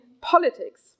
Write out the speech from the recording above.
politics